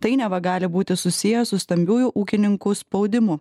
tai neva gali būti susiję su stambiųjų ūkininkų spaudimu